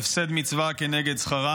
והווי מחשב הפסד מצווה כנגד שכרה"